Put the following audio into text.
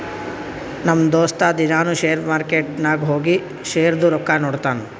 ನಮ್ ದೋಸ್ತ ದಿನಾನೂ ಶೇರ್ ಮಾರ್ಕೆಟ್ ನಾಗ್ ಹೋಗಿ ಶೇರ್ದು ರೊಕ್ಕಾ ನೋಡ್ತಾನ್